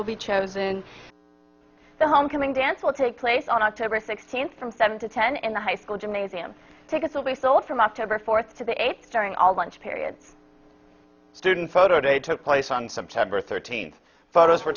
will be chosen the homecoming dance will take place on october sixteenth from seven to ten in the high school gymnasium tickets away from october fourth to the eighth during all lunch periods student photo day took place on september thirteenth photos were